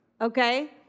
okay